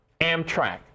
Amtrak